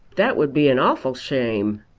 that would be an awful shame!